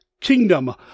Kingdom